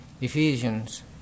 Ephesians